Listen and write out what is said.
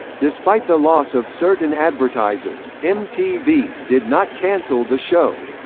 despite the loss of certain advertisers, mtv did not cancel the show.